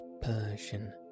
Persian